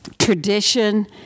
Tradition